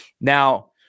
Now